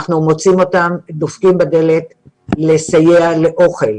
אנחנו מוצאים אותם דופקים בדלת ומבקשים סיוע באוכל,